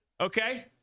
Okay